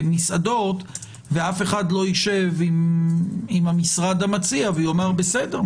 ובמסעדות ואף אחד לא יישב עם המשרד המציע ויאמר: בסדר,